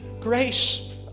grace